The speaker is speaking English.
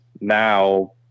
now